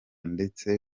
ndetse